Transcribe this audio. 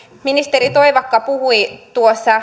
ministeri toivakka puhui